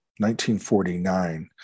1949